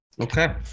Okay